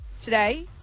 today